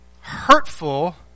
hurtful